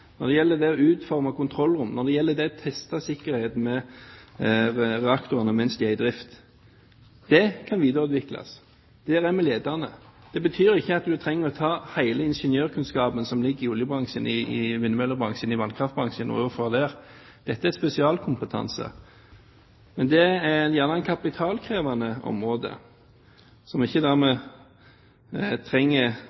når det gjelder det å utforme kontrollrom, når det gjelder det å teste sikkerheten ved reaktorene mens de er i drift – det kan videreutvikles. Der er vi ledende. Det betyr ikke at du trenger å ta hele ingeniørkunnskapen som ligger i oljebransjen, i vindmøllebransjen og vannkraftbransjen og overføre det dit. Dette er spesialkompetanse. Men det er gjerne et kapitalkrevende område, som ikke dermed